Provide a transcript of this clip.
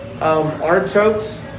artichokes